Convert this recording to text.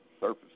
surface